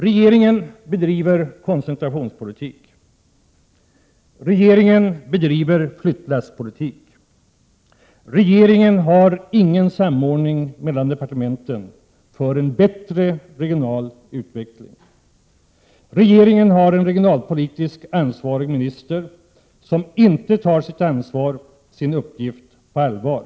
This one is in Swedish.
Regeringen bedriver koncentrationspolitik.- Regeringen har ingen samordning mellan departementen för en bättre regional utveckling. Regeringen har en regionalpolitiskt ansvarig minister som inte tar sitt ansvar eller sin uppgift på allvar.